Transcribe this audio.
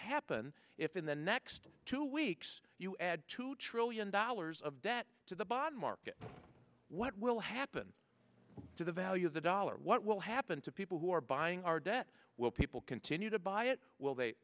happen if in the next two weeks you add two trillion dollars of debt to the bond market what will happen to the value of the dollar what will happen to people who are by will people continue to buy it will they